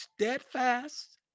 steadfast